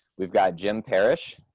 we've got jim parrish,